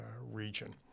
region